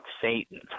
Satan